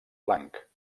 blanc